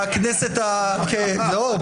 בכנסת ה-65.